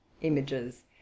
images